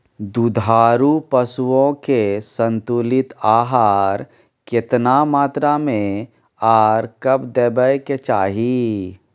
दुधारू पशुओं के संतुलित आहार केतना मात्रा में आर कब दैय के चाही?